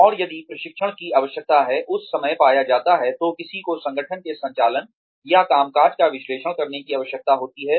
और यदि प्रशिक्षण की आवश्यकता है उस समय पाया जाता है तो किसी को संगठन के संचालन या कामकाज का विश्लेषण करने की आवश्यकता होती है